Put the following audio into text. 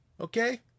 Okay